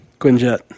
Quinjet